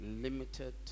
limited